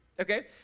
okay